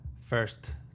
First